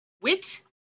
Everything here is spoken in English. Wit